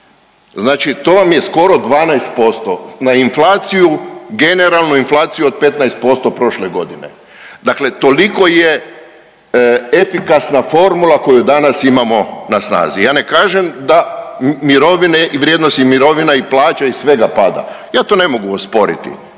Znači to vam je skoro 12% na inflaciju, generalno inflaciju od 15% prošle godine. Dakle, toliko je efikasna formula koju danas imamo na snazi. Ja ne kažem da mirovine i vrijednosti mirovina i plaća i svega pada, ja to ne mogu osporiti,